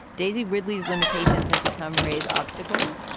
daisy ridley's limitations have become ray's obstacles.